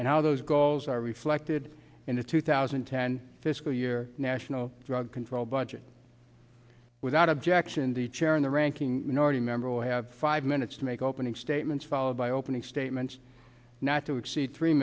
how those goals are reflected in the two thousand and ten fiscal year national drug control budget without objection the chair in the ranking minority member will have five minutes to make opening statements followed by opening statements not to exceed three